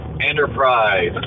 Enterprise